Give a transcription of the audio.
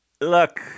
look